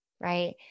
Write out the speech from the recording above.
right